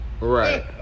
Right